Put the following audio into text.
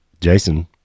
Jason